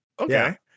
Okay